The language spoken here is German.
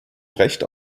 recht